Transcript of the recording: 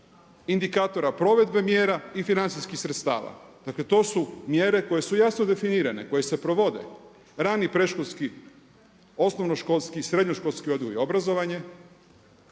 indikatora provedbe mjera i financijskih sredstava. Dakle, to su mjere koje su jasno definirane, koje se provode. Rani predškolski, osnovnoškolski, srednjoškolski odgoj i obrazovanje,